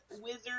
Wizard